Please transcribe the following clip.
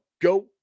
go